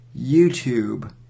YouTube